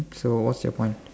so what's your point